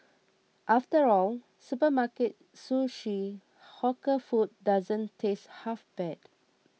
after all supermarket sushi hawker food doesn't taste half bad